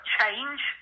change